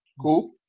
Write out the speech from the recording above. cool